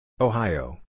Ohio